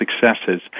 successes